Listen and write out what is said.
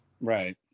right